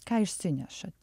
ką išsinešat